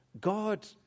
God